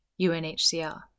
UNHCR